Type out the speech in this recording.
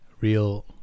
real